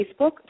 Facebook